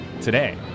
today